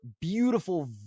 beautiful